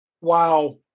Wow